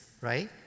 right